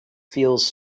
feels